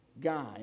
guy